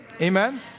Amen